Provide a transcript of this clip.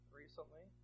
recently